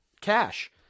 Cash